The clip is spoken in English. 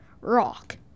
Rock